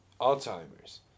Alzheimer's